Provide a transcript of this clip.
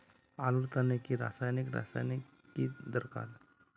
आलूर तने की रासायनिक रासायनिक की दरकार?